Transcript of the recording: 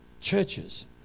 churches